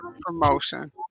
Promotion